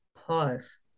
pause